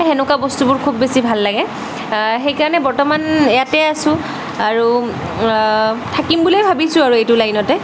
সেনেকুৱা বস্তুবোৰ খুব বেছি ভাল লাগে সেইকাৰণে বৰ্তমান ইয়াতেই আছোঁ আৰু থাকিম বুলি ভাৱিছোঁ আৰু এইটো লাইনতে